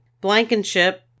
Blankenship